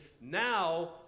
Now